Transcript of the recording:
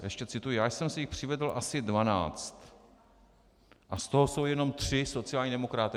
Ještě cituji: Já jsem si jich přivedl asi 12 a z toho jsou jenom tři sociální demokraté.